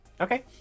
Okay